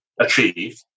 achieve